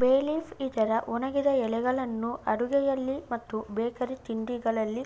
ಬೇ ಲೀಫ್ ಇದರ ಒಣಗಿದ ಎಲೆಗಳನ್ನು ಅಡುಗೆಯಲ್ಲಿ ಮತ್ತು ಬೇಕರಿ ತಿಂಡಿಗಳಲ್ಲಿ